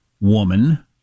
woman